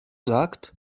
sagt